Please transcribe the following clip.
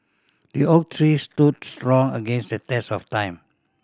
the oak tree stood strong against the test of time